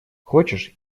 хочешь